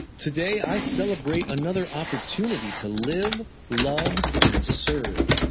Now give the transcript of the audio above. today, i celebrate another opportunity to live, love, and serve.